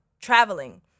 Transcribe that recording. Traveling